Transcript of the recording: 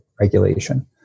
regulation